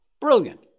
brilliant